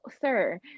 sir